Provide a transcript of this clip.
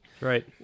Right